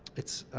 it's